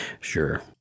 Sure